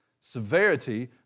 Severity